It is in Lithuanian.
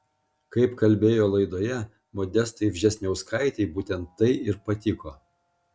kaip kalbėjo laidoje modestai vžesniauskaitei būtent tai ir patiko